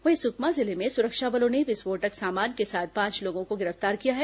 वहीं सुकमा जिले में सुरक्षा बलों ने विस्फोटक सामान के साथ पांच लोगों को गिरफ्तार किया है